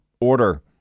order